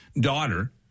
daughter